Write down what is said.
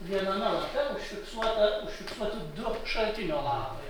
viename lape užfiksuota užfiksuoti du šaltinio lapai